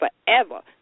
forever